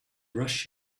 rush